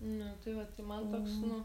nu tai va tai man toks nu